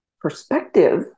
perspective